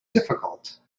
difficult